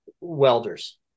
welders